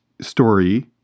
story